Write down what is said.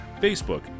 Facebook